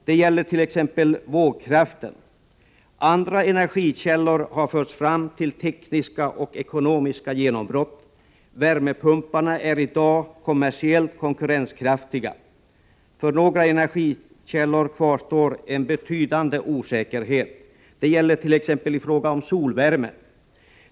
Det gäller t.ex. vågkraften. Andra energikällor har förts fram till tekniska och ekonomiska genombrott. Värmepumparna är i dag kommersiellt konkurrenskraftiga. För några energikällor kvarstår en betydande osäkerhet. Det gäller t.ex. i fråga om solvärme.